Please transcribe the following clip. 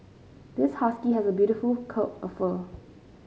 this husky has a beautiful coat of fur